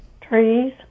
trees